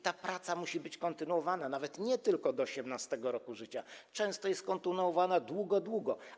Ta praca musi być kontynuowana nawet nie tylko do 18. roku życia, często jest kontynuowana długo, długo.